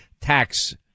tax